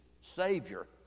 Savior